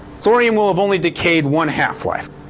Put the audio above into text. thorium will have only decayed one half-life.